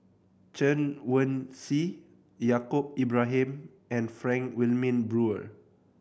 Chen Wen Hsi Yaacob Ibrahim and Frank Wilmin Brewer